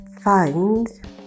find